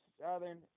Southern